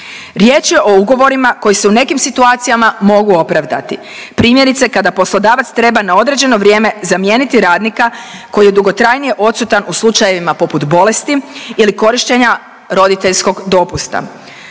Riječ je o ugovorima koji se u nekim situacijama mogu opravdati, primjerice, kada poslodavac treba na određeno vrijeme zamijeniti radnika, koji je dugotrajnije odsutan u slučajevima poput bolesti ili korištenja roditeljskog dopusta.